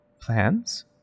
plans